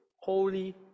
holy